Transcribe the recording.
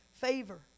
Favor